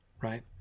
Right